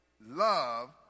love